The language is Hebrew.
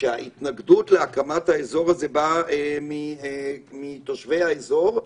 שההתנגדות להקמת האזור הזה באה מתושבי האזור,